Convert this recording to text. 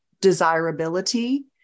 desirability